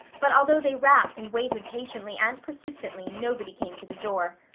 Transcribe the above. but although they rapped and waited patiently and persistently nobody came to the door.